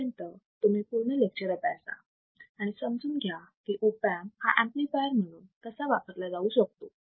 तोपर्यंत तुम्ही पूर्ण लेक्चर चा अभ्यास करा आणि समजून घ्या की ऑप अँप हा ऍम्प्लिफायर म्हणून कसा वापरला जाऊ शकतो